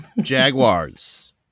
Jaguars